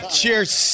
Cheers